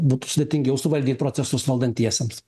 būtų sudėtingiau suvaldyt procesus valdantiesiems